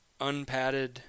unpadded